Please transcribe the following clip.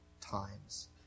times